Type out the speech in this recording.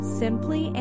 simply